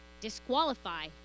disqualify